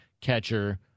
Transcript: catcher